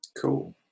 Cool